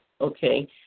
okay